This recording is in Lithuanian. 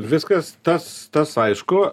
viskas tas tas aišku